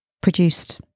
produced